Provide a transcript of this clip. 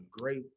great